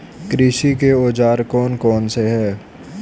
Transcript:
कृषि के औजार कौन कौन से हैं?